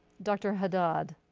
dr. haddad?